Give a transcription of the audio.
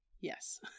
yes